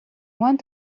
want